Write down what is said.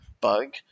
bug